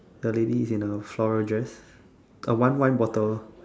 the lady in a floral dress uh one wine bottle